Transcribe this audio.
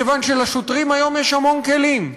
מכיוון שלשוטרים היום יש המון כלים,